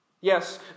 Yes